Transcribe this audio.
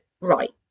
right